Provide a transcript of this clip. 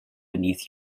beneath